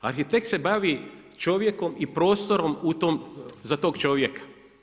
Arhitekt se bavi čovjekom i prostorom za tog čovjeka.